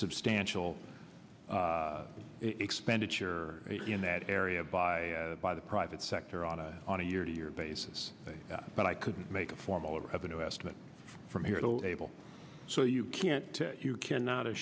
substantial expenditure in that area by by the private sector on a on a year to year basis but i couldn't make a formal revenue estimate from here able so you can't you cannot